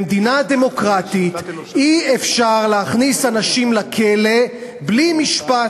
במדינה דמוקרטית אי-אפשר להכניס אנשים לכלא בלי משפט.